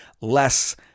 less